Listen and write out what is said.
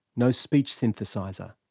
no speech synthesizer,